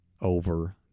over